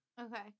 Okay